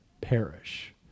perish